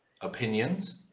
opinions